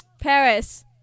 Paris